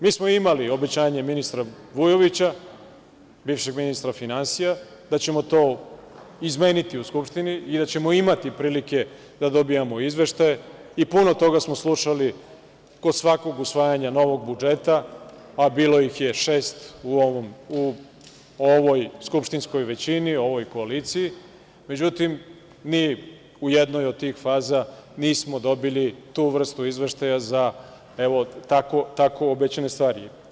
Mi smo imali obećanje ministra Vujović, bivšeg ministra finansija da ćemo to izmeniti u Skupštini i da ćemo imati prilike da dobijamo izveštaje, i puno toga smo slušali kod svakog usvajanja budžeta, a bilo ih je šest u ovoj skupštinskoj većini, ovoj koaliciji, međutim ni u jednoj od tih faza nismo dobili tu vrstu izveštaja za tako obećane stvari.